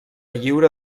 lliura